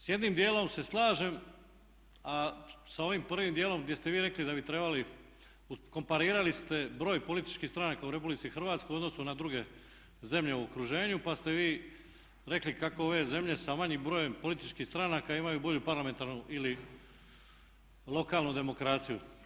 S jednim dijelom se slažem a sa ovim prvim dijelom gdje ste vi rekli da bi trebali odnosno komparirali ste broj političkih stranaka u Republici Hrvatskoj u odnosu na druge zemlje u okruženju pa ste vi rekli kako ove zemlje sa manjim brojem političkih stranaka imaju bolju parlamentarnu ili lokalnu demokraciju.